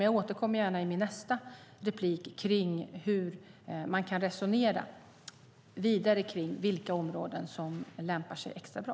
Jag återkommer gärna i nästa inlägg till hur man kan resonera vidare om vilka områden som lämpar sig extra bra.